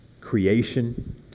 creation